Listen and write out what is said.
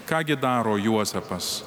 ką gi daro juozapas